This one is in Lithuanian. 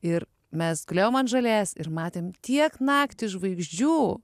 ir mes gulėjom ant žolės ir matėm tiek naktį žvaigždžių